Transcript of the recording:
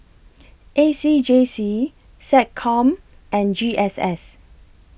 A C J C Seccom and G S S